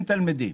20 תלמידים.